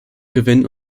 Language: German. gewinnen